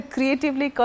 Creatively